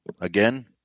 Again